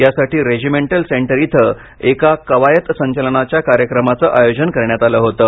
यासाठी regimental centre इथं एका कवायत संचलनाच्या कार्यक्रमांच आयोजन करण्यात आलं होतं